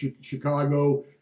Chicago